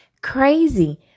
crazy